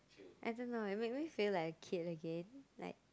I don't know I mean make me feel like kid again like